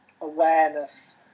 awareness